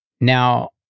Now